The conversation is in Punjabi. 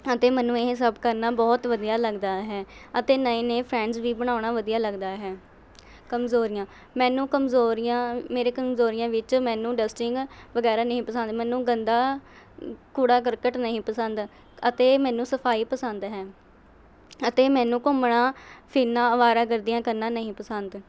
ਹਾਂ ਅਤੇ ਮੈਨੂੰ ਇਹ ਸਭ ਕਰਨਾ ਬਹੁਤ ਵਧੀਆ ਲੱਗਦਾ ਹੈ ਅਤੇ ਨਵੇਂ ਨਵੇਂ ਫ੍ਰੈਡਜ਼ ਵੀ ਬਣਾਉਣਾ ਵਧੀਆ ਲੱਗਦਾ ਹੈ ਕਮਜ਼ੋਰੀਆਂ ਮੈਨੂੰ ਕਮਜ਼ੋਰੀਆਂ ਮੇਰੇ ਕਮਜ਼ੋਰੀਆਂ ਵਿੱਚ ਮੈਨੂੰ ਡਸਟਿੰਗ ਵਗੈਰਾ ਨਹੀਂ ਪਸੰਦ ਮੈਨੂੰ ਗੰਦਾ ਕੂੜਾ ਕਰਕਟ ਨਹੀਂ ਪਸੰਦ ਅਤੇ ਮੈਨੂੰ ਸਫਾਈ ਪਸੰਦ ਹੈ ਅਤੇ ਮੈਨੂੰ ਘੁੰਮਣਾ ਫਿਰਨਾ ਅਵਾਰਾ ਗਰਦੀਆਂ ਕਰਨਾ ਨਹੀਂ ਪਸੰਦ